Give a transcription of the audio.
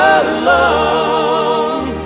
alone